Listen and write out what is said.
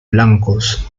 blancos